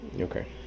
okay